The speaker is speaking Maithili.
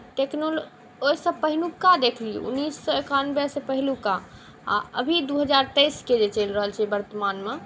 टेक्नोलॉजी ओहिसँ पहिलुका देख लियौ उन्नैस सए एकानबेसँ पहिलुका आ अभी दू हजार तेइसके जे चलि रहल छै वर्तमानमे